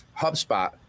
HubSpot